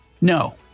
No